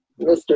Mr